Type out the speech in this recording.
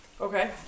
Okay